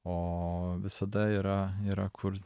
o visada yra yra kur